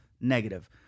negative